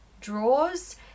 drawers